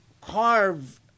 carve